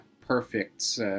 perfect